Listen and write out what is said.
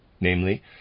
namely